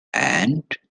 and